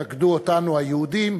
שפקדו אותנו היהודים,